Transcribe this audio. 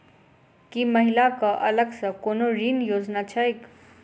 की महिला कऽ अलग सँ कोनो ऋण योजना छैक?